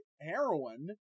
heroin